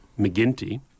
McGinty